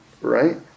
right